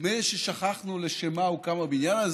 נדמה ששכחנו לשם מה הוקם הבניין הזה,